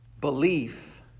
Belief